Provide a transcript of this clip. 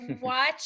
watch